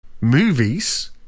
movies